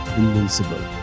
invincible